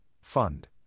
fund